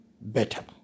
better